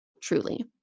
truly